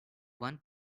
one